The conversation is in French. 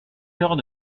heures